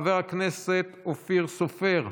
חבר הכנסת אופיר סופר,